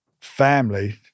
family